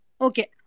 Okay